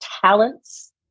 talents